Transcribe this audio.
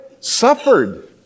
suffered